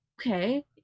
okay